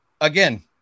Again